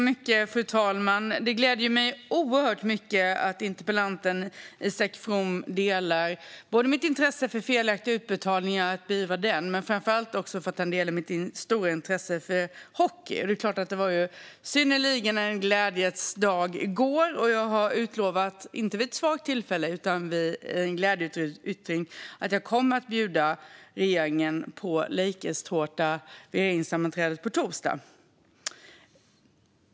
Fru talman! Det gläder mig oerhört mycket att interpellanten Isak From delar både mitt intresse för att beivra felaktiga utbetalningar och, framför allt, mitt stora intresse för hockey. Det var sannerligen en glädjens dag i går, och jag har lovat - inte vid ett svagt tillfälle utan i en glädjeyttring - att jag kommer att bjuda regeringen på Lakerstårta vid regeringssammanträdet på torsdag.